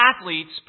athletes